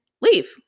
leave